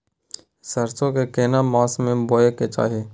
सरसो के केना मास में बोय के चाही?